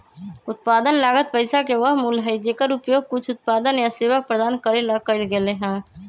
उत्पादन लागत पैसा के वह मूल्य हई जेकर उपयोग कुछ उत्पादन या सेवा प्रदान करे ला कइल गयले है